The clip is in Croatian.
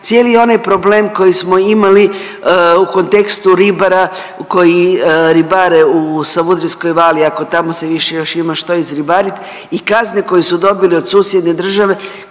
cijeli onaj problem koji smo imali u kontekstu ribara koji ribare u Savudrijskoj vali ako tamo se više još ima što izribariti i kazne koje su dobili od susjedne države